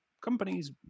companies